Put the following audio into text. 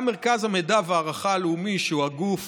גם מרכז המידע וההערכה הלאומי, שהוא הגוף